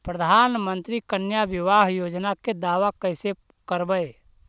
प्रधानमंत्री कन्या बिबाह योजना के दाबा कैसे करबै?